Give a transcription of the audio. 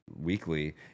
weekly